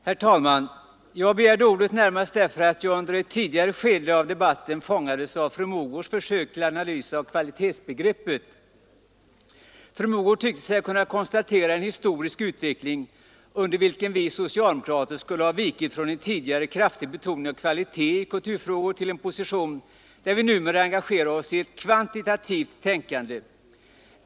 Herr talman! Jag begärde ordet närmast därför att jag under ett tidigare skede av debatten fångades av fru Mogårds försök till analys av kvalitetsbegreppet. Fru Mogård tyckte sig kunna konstatera en historisk utveckling under vilken vi socialdemokrater skulle ha vikit från en tidigare kraftig betoning av kvalitet i kulturfrågor till en position där vi numera engagerade oss i ett kvantitativt tänkande.